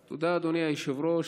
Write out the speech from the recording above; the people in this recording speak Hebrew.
תודה, אדוני היושב-ראש.